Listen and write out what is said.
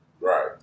right